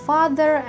Father